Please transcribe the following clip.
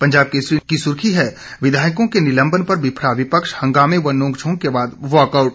पंजाब केसरी की सुर्खी है विधायकों के निलम्बन पर बिफरा विपक्ष हंगामे व नोक झोंक के बाद वॉकआउट